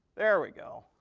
there we go.